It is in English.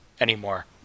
anymore